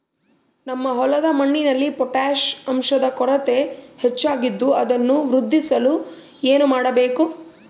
ನಮ್ಮ ಹೊಲದ ಮಣ್ಣಿನಲ್ಲಿ ಪೊಟ್ಯಾಷ್ ಅಂಶದ ಕೊರತೆ ಹೆಚ್ಚಾಗಿದ್ದು ಅದನ್ನು ವೃದ್ಧಿಸಲು ಏನು ಮಾಡಬೇಕು?